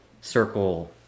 circle